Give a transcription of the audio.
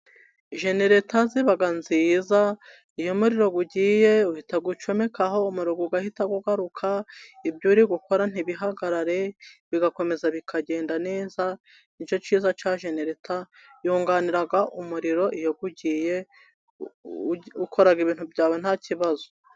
Jenereta ziba nziza iyo umuriro ugiye uhita ucomeka, umuriro ugahita ugaruka ibyo uri gukora ntibihagarare bigakomeza bikagenda neza, n' icyo cyiza cya jenereta yunganira umuriro iyo ugiye ukora ibintu byawe nta kibazo.